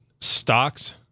Stocks